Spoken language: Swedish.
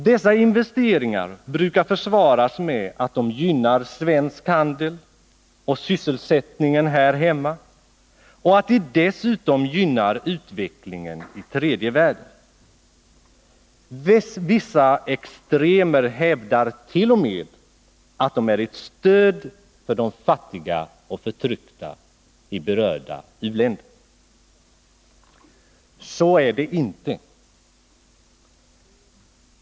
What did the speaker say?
Dessa investeringar brukar försvaras med att de gynnar svensk handel och sysselsättningen här hemma och med att de dessutom gynnar utvecklingen tredje världen. Vissa extremer hävdart.o.m. att de är ett stöd för de fattiga och förtryckta i berörda u-länder. Så är det inte.